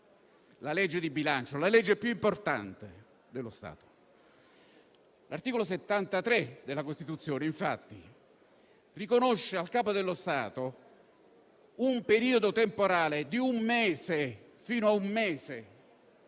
la legge di bilancio, la legge più importante dello Stato. L'articolo 73 della Costituzione, infatti, riconosce al Capo dello Stato un periodo fino a un mese